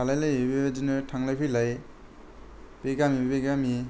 थालायलायो बेबादिनो थांलाय फैलाय बे गामि बे गामि